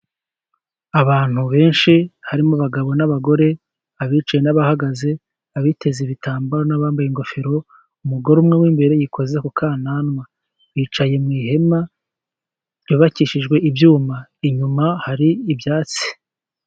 Abantu benshi harimo abagabo n'abagore, abiciye n'abahagaze, abiteze ibitambaro n'abambaye ingofero, umugore umwe w'imbere yikoze ku kananwa. Bicaye mu ihema ryubakishijwe ibyuma, inyuma hari ibyatsi.